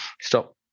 stop